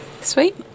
Sweet